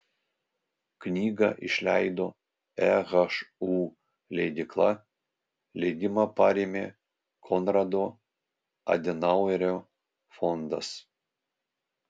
knygą išleido ehu leidykla leidimą parėmė konrado adenauerio fondas